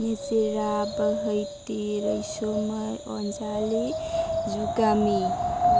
निजिरा बोहैथि रैसुमै अन्जालि जुगामि